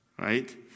Right